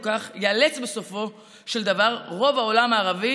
כך ייאלץ בסופו של דבר רוב העולם הערבי"